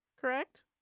Correct